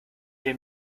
den